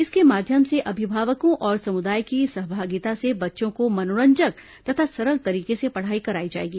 इसके माध्यम से अभिभावकों और समुदाय की सहभागिता से बच्चों को मनोरंजक तथा सरल तरीके से पढ़ाई कराई जाएगी